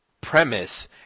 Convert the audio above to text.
premise